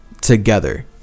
together